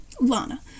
Lana